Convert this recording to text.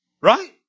Right